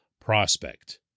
prospect